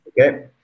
okay